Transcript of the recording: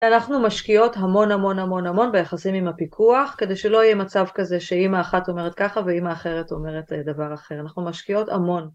אנחנו משקיעות המון המון המון המון ביחסים עם הפיקוח, כדי שלא יהיה מצב כזה שאמא אחת אומרת ככה ואמא אחרת אומרת דבר אחר. אנחנו משקיעות המון